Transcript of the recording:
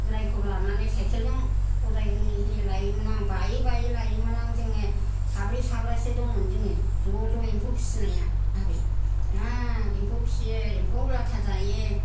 बोरायखौ लानानै साइकेल जों बजाय होयै होयै लायोमोन आं बायै बायै लायोमोन आं जोङो साब्रै साबासो दंमोन जोङो ज' ज' एम्फौ फिसिनाया आबै हाब एम्फौ फियो एम्फौ लाथा जायो